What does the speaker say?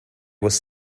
was